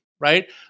right